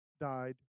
died